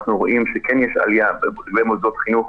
אנחנו רואים שכן יש עלייה בתחלואה במוסדות חינוך,